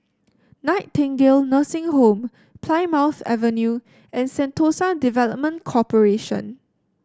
Nightingale Nursing Home Plymouth Avenue and Sentosa Development Corporation